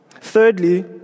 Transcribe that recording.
Thirdly